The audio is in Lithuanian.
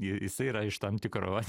i jisai yra iš tam tikro